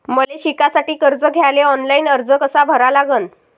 मले शिकासाठी कर्ज घ्याले ऑनलाईन अर्ज कसा भरा लागन?